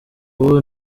ubu